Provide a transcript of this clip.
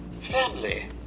family